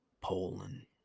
Poland